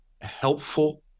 helpful